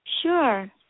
Sure